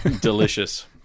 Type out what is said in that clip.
Delicious